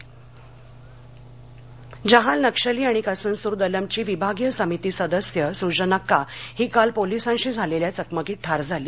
गडचिरोली जहाल नक्षली आणि कसनसूर दलमची विभागीय समिती सदस्य सुजनक्का ही काल पोलिसांशी झालेल्या चकमकीत ठार झाली